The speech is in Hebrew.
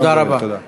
תודה רבה.